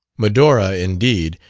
medora, indeed,